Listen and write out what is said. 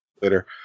later